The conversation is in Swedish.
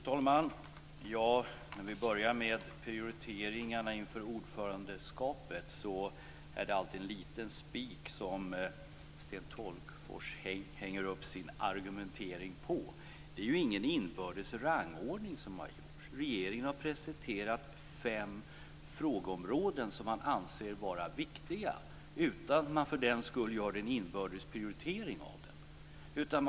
Fru talman! Jag vill börja med prioriteringarna inför ordförandeskapet. Det är alltid en liten spik som Sten Tolgfors hänger upp sin argumentering på. Det är ingen inbördes rangordning som har gjorts. Regeringen har presenterat fem frågeområden som man anser vara viktiga utan att man för den skull gör en inbördes prioritering av dem.